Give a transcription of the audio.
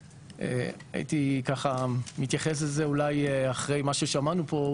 הייתי מתייחס לזה אולי אחרי מה ששמענו פה,